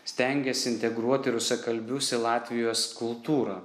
stengiasi integruoti rusakalbius į latvijos kultūrą